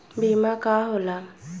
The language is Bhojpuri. बीमा का होला?